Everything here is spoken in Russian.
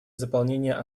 заполнения